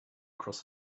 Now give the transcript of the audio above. across